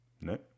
No